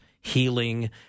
healing